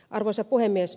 arvoisa puhemies